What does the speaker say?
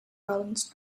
rollins